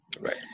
Right